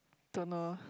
don't know